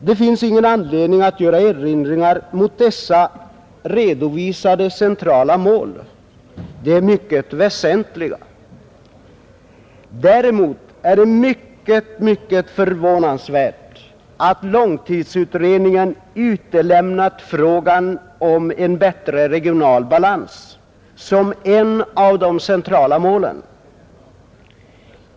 Det finns ingen anledning att göra erinringar mot dessa centrala mål. De är mycket väsentliga. Däremot är det mycket förvånansvärt att långtidsutredningen utelämnat bättre regional balans som ett av de centrala målen.